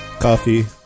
coffee